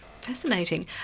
Fascinating